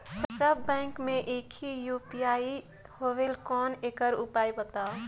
सब bank मे एक ही यू.पी.आई होएल कौन एकर उपयोग बताव?